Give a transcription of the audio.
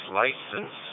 license